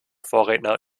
vorredner